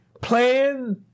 playing